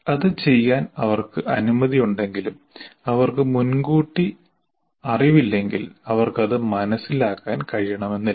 അത് ചെയ്യാൻ അവർക്ക് അനുമതിയുണ്ടെങ്കിലും അവർക്ക് മുൻകൂട്ടി അറിവില്ലെങ്കിൽ അവർക്ക് അത് മനസ്സിലാക്കാൻ കഴിയണമെന്നില്ല